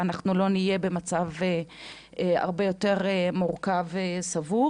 ואנחנו לא נהיה במצב שהוא הרבה יותר מורכב וסבוך.